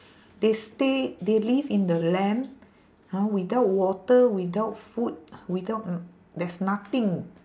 they stay they live in the land ha without water without food without there's nothing